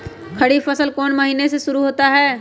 खरीफ फसल कौन में से महीने से शुरू होता है?